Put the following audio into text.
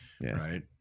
Right